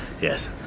Yes